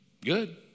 Good